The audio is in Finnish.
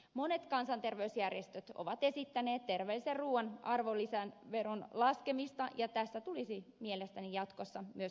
monet kansanterveysjärjestöt ovat esittäneet terveellisen ruuan arvonlisäveron laskemista ja myös tässä tulisi mielestäni jatkossa edetä